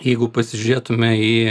jeigu pasižiūrėtume į